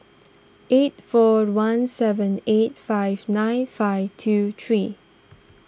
eight four one seven eight five nine five two three